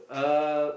uh